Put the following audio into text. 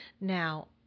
Now